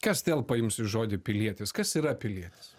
kas telpa jums į žodį pilietis kas yra pilietis